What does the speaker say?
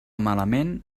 malament